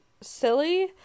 silly